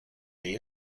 the